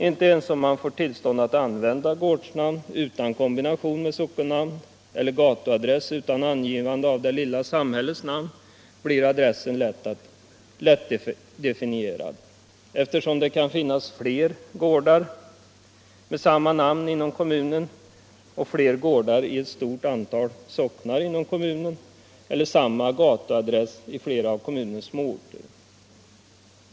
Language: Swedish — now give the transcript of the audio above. Inte ens om man får tillstånd att använda gårdsnamn utan kombination med sockennamn eller gatuadress utan angivande av det lilla samhällets namn blir adressen lättdefinierad, eftersom det kan finnas flera gårdar med samma namn i kommunen eller i ett antal socknar i kommunen eller med samma gatuadress i flera av kommunens småorter.